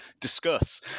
discuss